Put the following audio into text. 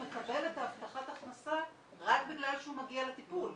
הוא מקבל את ההבטחת הכנסה רק בגלל שהוא מגיע לטיפול.